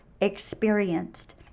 experienced